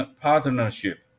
partnership